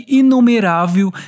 inumerável